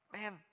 man